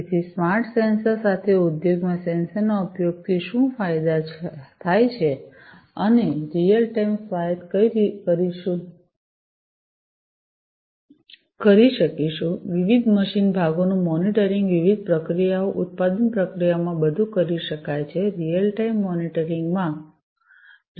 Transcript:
તેથી smart sensor સાથે ઉદ્યોગમાં સેન્સર ના ઉપયોગથી શું ફાયદા થાય છે અમે રીઅલ ટાઇમ સ્વાયત કરી શકીશું વિવિધ મશીન ભાગોનું મોનિટરિંગ વિવિધ પ્રક્રિયાઓ ઉત્પાદન પ્રક્રિયાઓ બધું કરી શકાય છે રીઅલ ટાઇમ મોનિટરિંગ માં રીઅલ ટાઇમ માં કરી શકાય છે